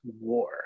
war